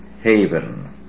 Haven